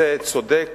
צודק